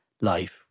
life